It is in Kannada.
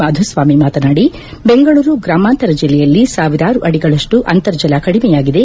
ಮಾಧುಸ್ವಾಮಿ ಮಾತನಾಡಿ ಬೆಂಗಳೂರು ಗ್ರಾಮಾಂತರ ಜಿಲ್ಲೆಯಲ್ಲಿ ಸಾವಿರಾರು ಅಡಿಗಳಷ್ಟು ಅಂತರಜಲ ಕಡಿಮೆಯಾಗಿದೆ